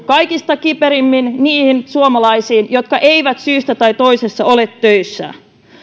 kaikista kiperimmin niihin suomalaisiin jotka eivät syystä tai toisesta ole töissä